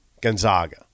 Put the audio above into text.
Gonzaga